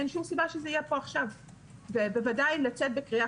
אין שום סיבה שזה יהיה פה עכשיו ובוודאי לצאת בקריאה